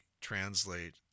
translate